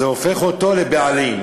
זה הופך אותו לבעלים.